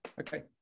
Okay